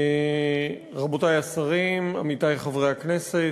תודה לך, רבותי השרים, עמיתי חברי הכנסת,